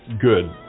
good